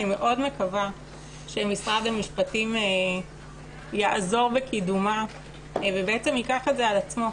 ואני מקווה מאוד שמשרד המשפטים יעזור בקידומה וייקח את זה על עצמו,